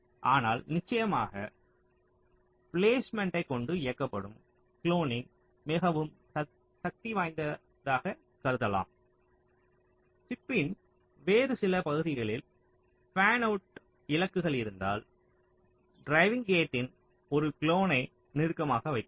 ஆனால் நிச்சயமாக பிலேஸ்மேன்ட்டை கொண்டு இயக்கப்படும் குளோனிங் மிகவும் சக்திவாய்ந்த கருத்தாகும் சிப்பின் வேறு சில பகுதிகளில் ஃபேன்அவுட் இலக்குகள் இருந்தால் ட்ரிவிங் கேட்டின் ஒரு குளோனை நெருக்கமாக வைக்கலாம்